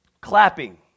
clapping